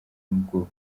mubwoko